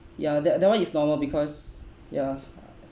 ya that that [one] is normal because ya